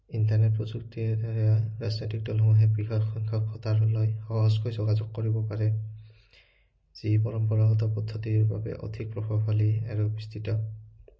internet প্ৰযুক্তিৰ দ্বাৰা ৰাজনৈতিক দলসমূহে বৃহৎ সংখ্যক ভোটাৰলৈ সহজকৈ যোগাযোগ কৰিব পাৰে যি পৰম্পৰাগত পদ্ধতিৰ বাবে অধিক প্ৰভাৱশালী আৰু বিস্তৃত